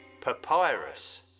Papyrus